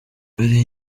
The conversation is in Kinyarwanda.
hari